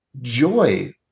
joy